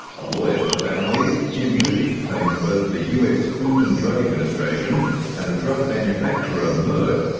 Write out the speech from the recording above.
a lawyer for the families, jim moody, claims both the us food and drug administration and the drug manufacturer, merck,